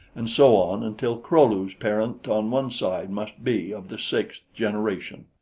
and so on until kro-lu's parent on one side must be of the sixth generation.